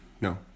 No